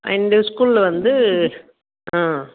இந்த ஸ்கூலில் வந்து ஆ